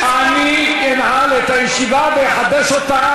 אני אנעל את הישיבה ואחדש אותה.